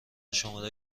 شماره